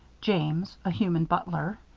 james a human butler.